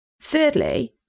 Thirdly